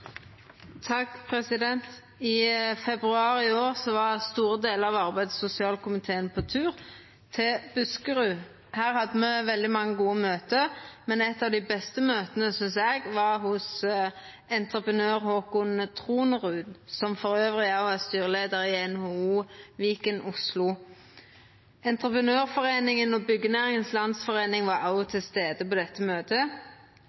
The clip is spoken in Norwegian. februar i år var store delar av arbeids- og sosialkomiteen på tur til Buskerud. Her hadde me veldig mange gode møte, men eit av dei beste møta, synest eg, var hos entreprenør Haakon Tronrud, som òg er styreleiar i NHO Viken Oslo. Entreprenørforeningen og Byggenæringens Landsforening var òg til stades på dette møtet.